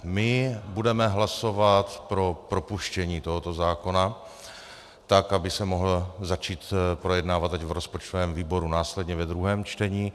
My budeme hlasovat pro propuštění tohoto zákona tak, aby se mohl projednávat v rozpočtovém výboru následně ve druhém čtení.